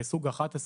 כסוג 11,